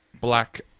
black